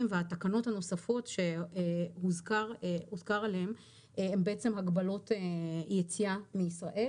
והתקנות הנוספות הן בעצם הגבלות יציאה מישראל